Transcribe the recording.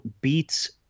beats